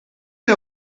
can